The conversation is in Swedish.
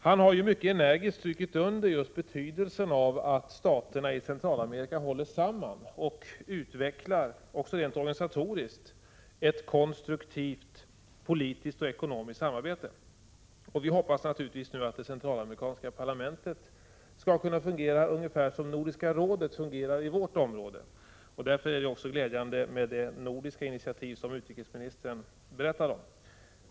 Han har mycket energiskt strukit under just betydelsen av att staterna i Centralamerika håller samman och utvecklar, också rent organisatoriskt, ett konstruktivt politiskt och ekonomiskt samarbete. Vi hoppas naturligtvis nu att det centralamerikanska parlamentet skall kunna fungera ungefär som Nordiska rådet fungerar i vårt område. Därför är det också glädjande med det nordiska initiativ som utrikesministern berättade om.